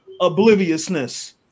obliviousness